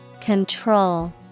Control